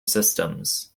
systems